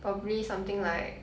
probably something like